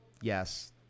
Yes